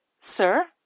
Sir